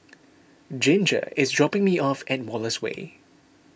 Ginger is dropping me off at Wallace Way